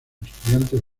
estudiantes